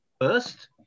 First